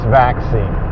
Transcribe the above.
vaccine